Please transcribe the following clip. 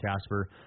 Casper